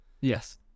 Yes